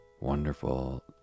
wonderful